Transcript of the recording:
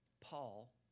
Paul